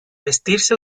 vestirse